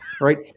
right